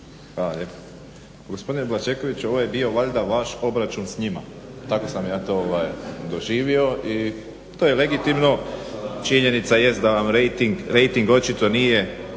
Hvala lijepo. Gospodine Blažekoviću, ovo je bio valjda vaš obračun s njima, tako sam ja to doživio i to je legitimno. Činjenica jest da vam rejting očito nije